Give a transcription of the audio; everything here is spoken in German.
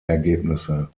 ergebnisse